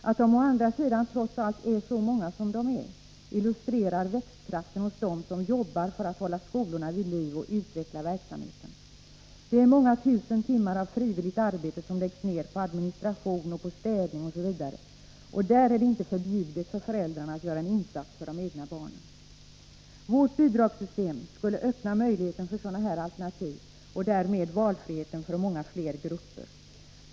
Att de å andra sidan trots allt är så många som de är illustrerar växtkraften hos dem som arbetar för att hålla skolorna vid liv och utveckla verksamheten. Det är många tusen timmar av frivilligt arbete som läggs ned på administration, på städning osv., och där är det inte förbjudet för föräldrarna att göra en insats för det egna barnet. Vårt bidragssystem skulle öppna möjligheten för sådana här alternativ och därmed valfriheten för många fler grupper.